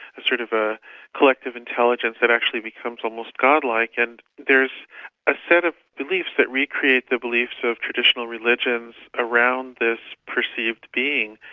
a sort of a collective intelligence that actually becomes almost godlike, and there's a set of beliefs that recreate the beliefs of traditional religions around this perceived being.